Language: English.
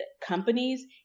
companies